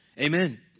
Amen